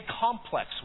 complex